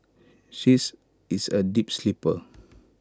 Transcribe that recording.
she is is A deep sleeper